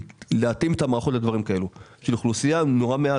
להתאים את המערכות לדברים כאלה בשביל אוכלוסייה מאוד קטנה,